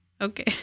okay